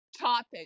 topic